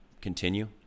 continue